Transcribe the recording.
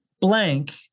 blank